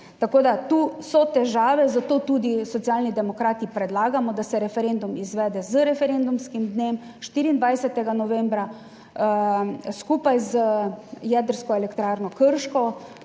Tako da tu so težave. Zato tudi Socialni demokrati predlagamo, da se referendum izvede z referendumskim dnem 24. novembra skupaj z Jedrsko elektrarno Krško